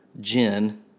gin